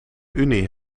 unie